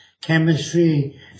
chemistry